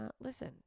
listen